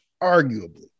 Arguably